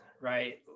right